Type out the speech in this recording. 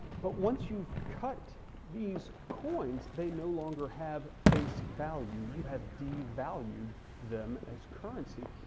but once you've cut these coins, they no longer have face value, you have devalued them as currency.